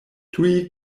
tuj